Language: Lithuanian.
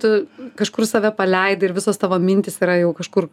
tu kažkur save paleidai ir visos tavo mintys yra jau kažkur